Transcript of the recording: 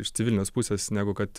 iš civilinės pusės negu kad